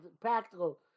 practical